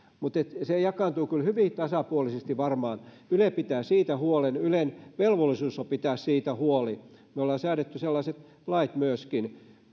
mutta se varmaan jakaantuu kyllä hyvin tasapuolisesti yle pitää siitä huolen ylen velvollisuus on pitää siitä huoli me olemme säätäneet sellaiset lait myöskin